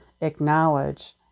acknowledge